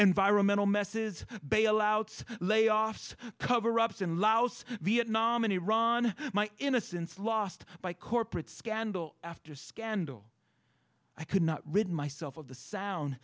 viral mental messes bailouts layoffs cover ups in laos vietnam and iran my innocence lost by corporate scandal after scandal i could not written myself of the sound